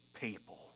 people